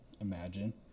imagine